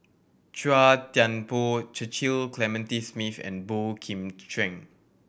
Chua Thian Poh Cecil Clementi Smith and Boey Kim Cheng